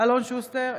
אלון שוסטר,